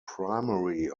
primary